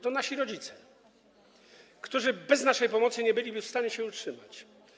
To nasi rodzice, którzy bez naszej pomocy nie byliby w stanie się utrzymać.